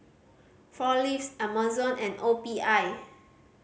Four Leaves Amazon and O P I